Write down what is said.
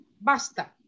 basta